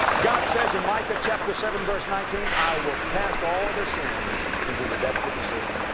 god says in micah chapter seven verse nineteen, i will cast all their sins into the depths of the sea.